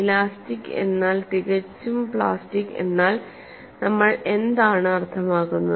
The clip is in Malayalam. ഇലാസ്റ്റിക് എന്നാൽ തികച്ചും പ്ലാസ്റ്റിക്ക് എന്നാൽ നമ്മൾ എന്താണ് അർത്ഥമാക്കുന്നത്